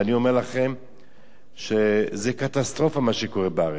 ואני אומר לכם שזו קטסטרופה מה שקורה בארץ.